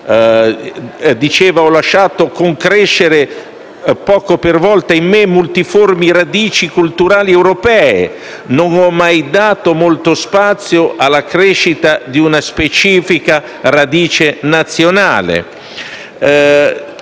Diceva: «Ho lasciato concrescere, poco per volta, in me, multiformi radici culturali europee, non ho mai dato molto spazio alla crescita di una specifica radice nazionale».